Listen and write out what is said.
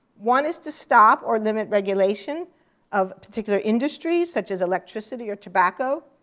one is to stop or limit regulation of particular industries such as electricity or tobacco,